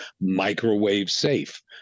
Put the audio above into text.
microwave-safe